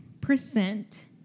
percent